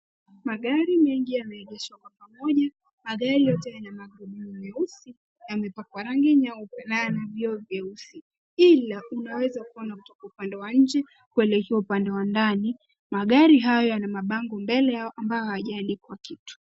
Magari mengi yameengeshwa kwa pamoja magari yote yana magurudumu meusi, yamepakwa rangi nyeupe na yana vioo vyeusi. hila unaweza kuona mtu wa upande wa inje kuelekea upande wa ndani. Magari hayo yana mabago mbele yao ambayo hajaandikwa kitu.